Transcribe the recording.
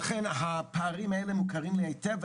לכן הפערים האלה מוכרים לי היטב,